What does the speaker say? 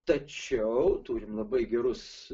tačiau turim labai gerus